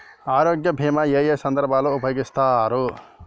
ఆరోగ్య బీమా ఏ ఏ సందర్భంలో ఉపయోగిస్తారు?